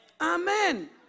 Amen